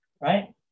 right